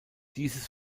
dieses